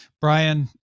Brian